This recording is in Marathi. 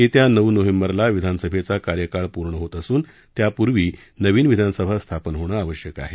येत्या नऊ नोव्हेंबरला विधानसभेचा कार्यकाळ पूर्ण होत असून त्यापूर्वी नवीन विधानसभा स्थापन होणं आवश्यक आहे